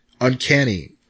Uncanny